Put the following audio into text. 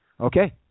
Okay